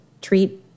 treat